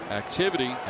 activity